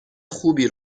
خوبی